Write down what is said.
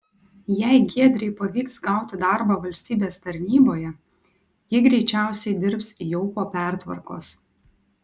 jei giedrei pavyks gauti darbą valstybės tarnyboje ji greičiausiai dirbs jau po pertvarkos